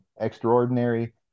extraordinary